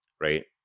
right